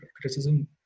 criticism